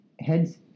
head's